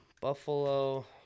Buffalo